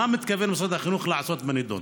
מה מתכוון משרד החינוך לעשות בנידון?